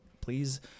please